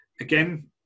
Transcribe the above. Again